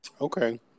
Okay